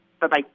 Bye-bye